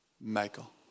Michael